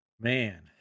Man